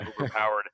overpowered